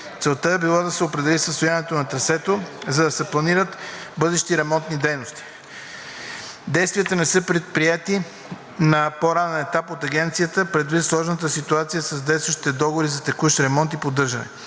Целта е била да се определи състоянието на трасето, за да се планират бъдещи ремонти дейности. Действията не са предприети на по-ранен етап от Агенцията предвид сложната ситуация с действащите договори за текущ ремонт и поддържане.